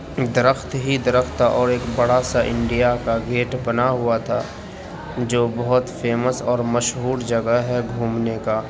درخت ہی درخت تھا اور ایک بڑا سا انڈیا کا گیٹ بنا ہوا تھا جو بہت فیمس اور مشہور جگہ ہے گھومنے کا